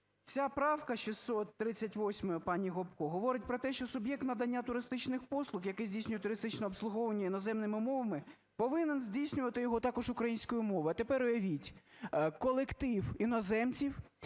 Ця правка 638 пані Гопко говорить про те, що суб'єкт надання туристичних послуг, який здійснює туристичне обслуговування іноземними мовами, повинен здійснювати його також українською мовою. А тепер уявіть колектив іноземців,